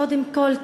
קודם כול,